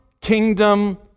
kingdom